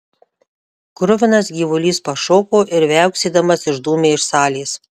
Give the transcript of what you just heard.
kruvinas gyvulys pašoko ir viauksėdamas išdūmė iš salės